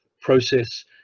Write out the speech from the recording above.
process